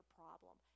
problem